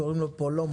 קוראים לו "פולומבו",